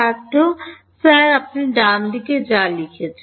ছাত্র স্যার আপনি ডানদিকে যা লিখেছেন